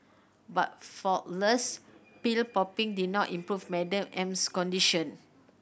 but faultless pill popping did not improve Madam M's condition